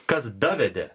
kas davedė